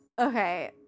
Okay